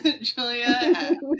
Julia